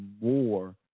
more